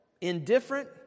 indifferent